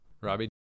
Robbie